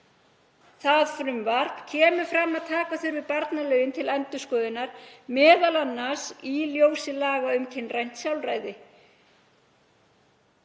um frumvarpið kemur fram að taka þurfi barnalögin til endurskoðunar m.a. í ljósi laga um kynrænt sjálfræði.